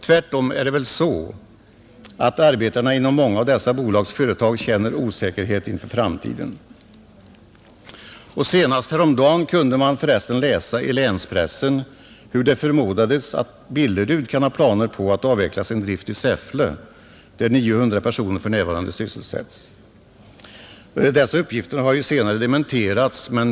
Tvärtom är det väl så att arbetarna inom många av dessa bolags företag känner osäkerhet inför framtiden. Senast häromdagen kunde man förresten läsa i länspressen hur det förmodades att Billerud kan ha planer på att avveckla sin drift i Säffle, där 900 personer för närvarande sysselsätts. Dessa uppgifter har senare dementerats.